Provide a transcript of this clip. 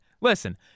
Listen